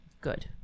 Good